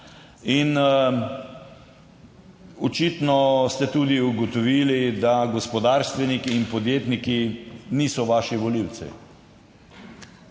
očitno ste tudi ugotovili, da gospodarstveniki in podjetniki niso vaši volivci.